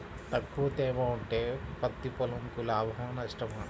తక్కువ తేమ ఉంటే పత్తి పొలంకు లాభమా? నష్టమా?